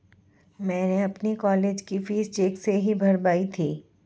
मैंने अपनी कॉलेज की फीस चेक से ही भरवाई थी